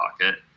pocket